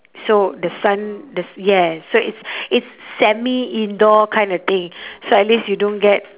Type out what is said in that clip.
so the sun the s~ yeah so it's it's semi indoor kind of thing so at least you don't get